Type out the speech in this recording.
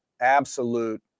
absolute